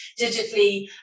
digitally